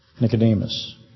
Nicodemus